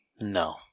No